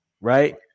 Right